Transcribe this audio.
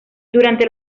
durante